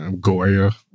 Goya